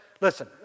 Listen